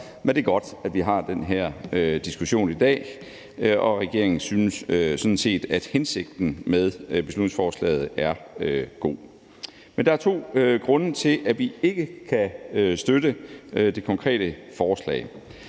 men det er godt, at vi har den her diskussion i dag, og regeringen synes sådan set, at hensigten med beslutningsforslaget er god. Men der er to grunde til, at vi ikke kan støtte det konkrete forslag.